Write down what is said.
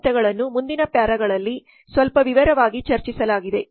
ಈ ಹಂತಗಳನ್ನು ಮುಂದಿನ ಪ್ಯಾರಾಗಳಲ್ಲಿ ಸ್ವಲ್ಪ ವಿವರವಾಗಿ ಚರ್ಚಿಸಲಾಗಿದೆ